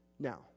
Now